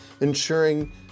ensuring